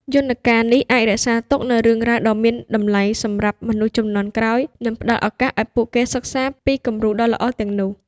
យន្តការនេះអាចរក្សាទុកនូវរឿងរ៉ាវដ៏មានតម្លៃសម្រាប់មនុស្សជំនាន់ក្រោយ និងផ្តល់ឱកាសឲ្យពួកគេសិក្សាពីគំរូដ៏ល្អទាំងនោះ។